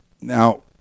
Now